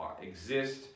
exist